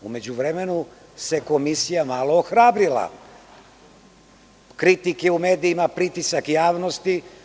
U međuvremenu se Komisija malo ohrabrila, kritike u medijama, pritisak javnosti.